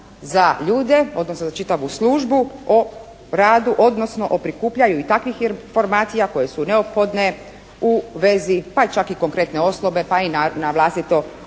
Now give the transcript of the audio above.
za ljude odnosno za čitavu službu, o radu odnosno o prikupljanju i takvih informacija koje su neophodne u vezi pa čak i konkretne osobe pa i na vlastito